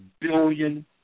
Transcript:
billion